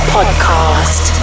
Podcast